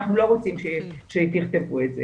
אנחנו לא רוצים שתכתבו את זה'.